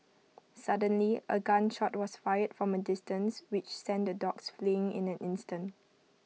suddenly A gun shot was fired from A distance which sent the dogs fleeing in an instant